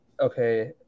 okay